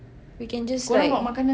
we can just like